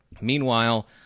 Meanwhile